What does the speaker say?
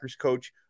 coach